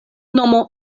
nomo